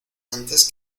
antes